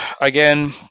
again